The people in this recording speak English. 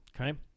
Okay